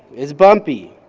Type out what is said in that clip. is bumpy,